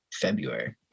February